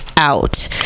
out